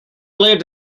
lived